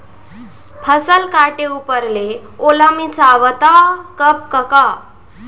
फसल काटे ऊपर ले ओला मिंसवाथा कब कका?